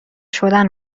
شدن